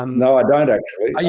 um no, i don't actually.